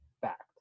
fact